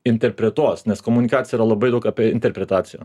interpretuos nes komunikacija yra labai daug apie interpretaciją